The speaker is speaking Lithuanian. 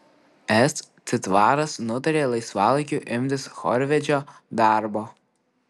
s citvaras nutarė laisvalaikiu imtis chorvedžio darbo